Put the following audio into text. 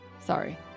Sorry